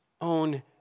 own